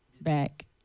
Back